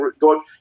God